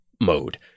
mode